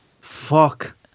Fuck